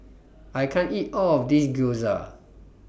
I can't eat All of This Gyoza